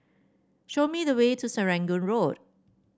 show me the way to Serangoon Road